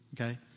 okay